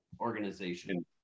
organization